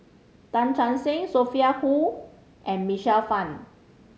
Tan Che Sang Sophia Hull and Michael Fam